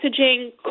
messaging